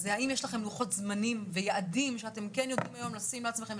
האם יש לכם לוחות זמנים ויעדים שאתם יודעים לשים לעצמכם